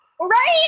right